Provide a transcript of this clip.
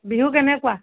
বিহু কেনেকুৱা